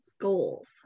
goals